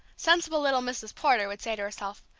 sensible little mrs. porter would say to herself,